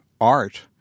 art